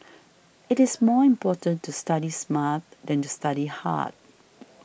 it is more important to study smart than to study hard